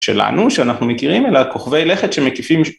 שלנו, שאנחנו מכירים, אלא כוכבי לכת שמקיפים...